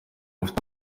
afite